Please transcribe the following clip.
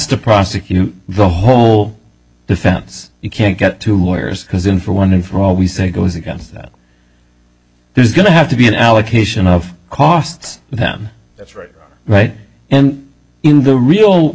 to prosecute the whole defense you can't get to lawyers because in for one and for all we say goes against that there's going to have to be an allocation of costs them that's right or right and in the real